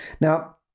Now